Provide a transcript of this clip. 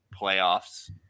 playoffs